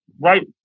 right